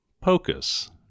Pocus